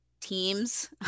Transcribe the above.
teams